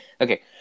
Okay